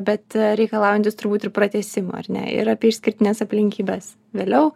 bet reikalaujantis turbūt ir pratęsimo ar ne ir apie išskirtines aplinkybes vėliau